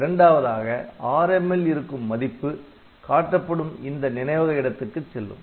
இரண்டாவதாக Rm ல் இருக்கும் மதிப்பு காட்டப்படும் இந்த நினைவக இடத்துக்குச் செல்லும்